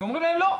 ואומרים להם לא,